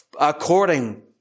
according